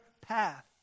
path